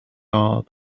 are